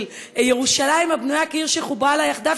של ירושלים הבנויה כעיר שחוברה לה יחדיו,